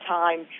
time